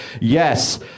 yes